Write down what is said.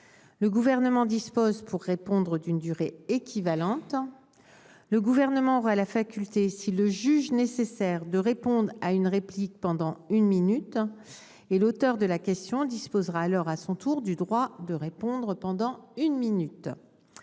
Le Gouvernement dispose pour répondre d'une durée équivalente. Il aura la faculté, s'il le juge nécessaire, de répondre à la réplique pendant une minute supplémentaire. L'auteur de la question disposera alors à son tour du droit de répondre pendant une minute.